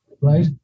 right